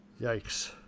Yikes